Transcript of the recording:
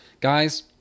guys